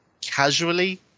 casually